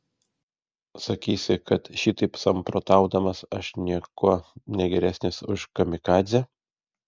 sakysi kad šitaip samprotaudamas aš niekuo negeresnis už kamikadzę